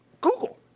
Google